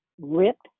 ripped